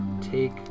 Take